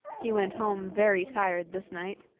he went home very tired this night,